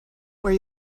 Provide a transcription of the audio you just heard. where